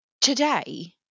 today